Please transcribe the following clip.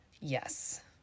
yes